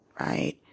right